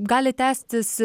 gali tęstis